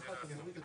הצבעה לא נתקבלה.